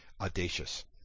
audacious